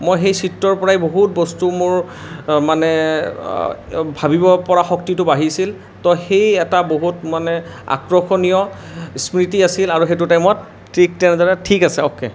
মই সেই চিত্ৰৰ পৰাই বহুত বস্তু মোৰ মানে ভাৱিব পৰা শক্তিটো বাঢ়িছিল ত' সেই এটা বহুত মানে আকৰ্ষণীয় স্মৃতি আছিল আৰু সেইটো টাইমত ঠিক তেনেদৰে ঠিক আছে অ'কে